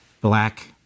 black